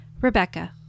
Rebecca